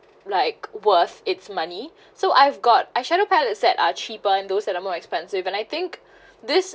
like worth its money so I've got eye shadow palette that are cheaper and those that are more expensive but I think this